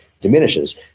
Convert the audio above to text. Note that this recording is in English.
diminishes